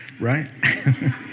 right